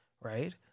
right